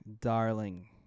darling